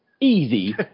Easy